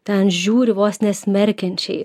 ten žiūri vos ne smerkiančiai